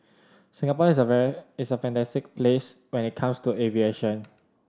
Singapore is a is a fantastic place when it comes to aviation